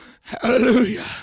hallelujah